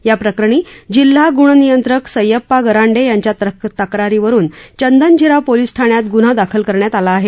या प्रकरणी जिल्हा गुण नियंत्रक सयप्पा गरांडे यांच्या तक्रारीवरुन चंदनझिरा पोलीस ठाण्यात गुन्हा दाखल करण्यात आला आहे